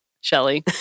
Shelly